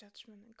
Judgment